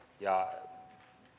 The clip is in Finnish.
ja